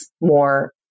more